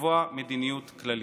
לקבוע מדיניות כללית.